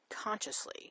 consciously